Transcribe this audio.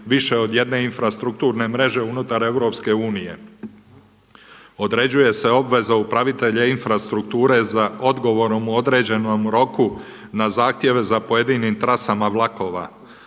više od jedne infrastrukturne mreže unutar EU. Određuje se obveza upravitelja infrastrukture za odgovorom u određenom roku na zahtjev za pojedinim trasama vlakova.